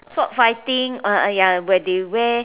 sword fighting ah ya where they wear